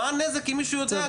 מה הנזק אם מישהו יודע?